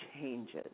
changes